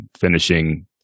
finishing